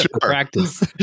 practice